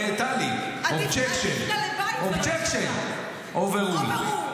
טלי -- עדיף נעלי בית -- Objection ----- ולא יחפה.